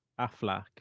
Aflac